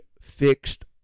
fixed